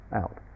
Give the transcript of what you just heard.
out